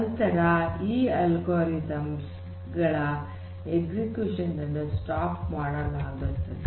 ನಂತರ ಈ ಅಲ್ಗೊರಿದಮ್ಸ್ ಗಳ ಎಸ್ಎಕ್ಯುಷನ್ ನನ್ನು ನಿಲ್ಲಿಸಲಾಗುತ್ತದೆ